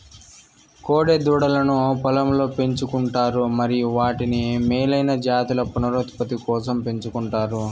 కోడె దూడలను పొలంలో పెంచు కుంటారు మరియు వాటిని మేలైన జాతుల పునరుత్పత్తి కోసం పెంచుకుంటారు